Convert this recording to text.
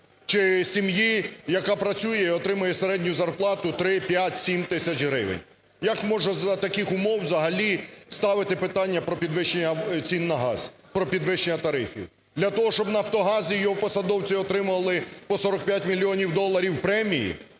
Чи сім'ї, яка працює і отримує середню зарплату 3, 5, 7 тисяч гривень? Як можна за таких умов взагалі ставити питання про підвищення цін на газ, про підвищення тарифів? Для того, щоб "Нафтогаз" і його посадовці отримували по 45 мільйонів доларів премії,